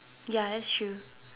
ya that's true